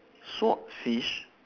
swordfish